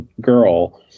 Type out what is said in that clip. girl